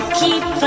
keep